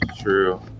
true